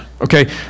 okay